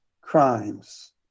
crimes